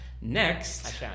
next